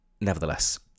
nevertheless